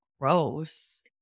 Gross